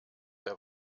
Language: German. der